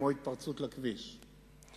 כמו התפרצות לכביש.